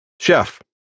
Chef